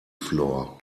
floor